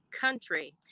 country